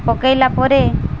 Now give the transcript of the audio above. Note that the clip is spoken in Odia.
ପକେଇଲା ପରେ